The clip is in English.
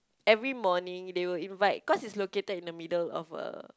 every morning they will invite cause is located in the middle of a